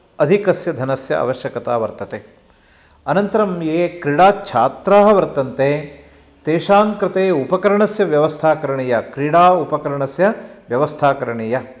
अधिकस्य धनस्य आवश्यकता वर्तते अनन्तरं ये क्रीडाच्छात्राः वर्तन्ते तेषां कृते उपकरणस्य व्यवस्था करणीया क्रिडा उपकरणस्य व्यवस्था करणीया